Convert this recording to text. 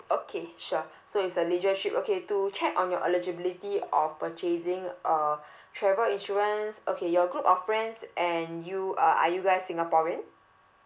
okay sure so is a leisure trip okay to check on your eligibility of purchasing uh travel insurance okay your group of friends and you uh are you guys singaporean